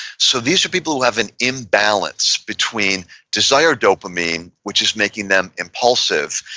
so these are people who have an imbalance between desire dopamine, which is making them impulsive,